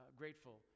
grateful